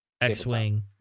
X-Wing